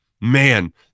man